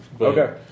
Okay